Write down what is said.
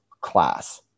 class